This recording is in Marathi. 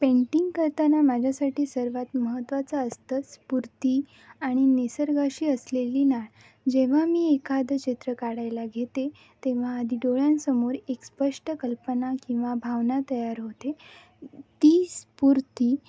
पेंटिंग करताना माझ्यासाठी सर्वात महत्त्वाचां असतं स्फूर्ती आणि निसर्गाशी असलेली नाळ जेव्हा मी एखादं चित्र काढायला घेते तेव्हा आधी डोळ्यांसमोर एक स्पष्ट कल्पना किंवा भावना तयार होते ती स्फूर्ती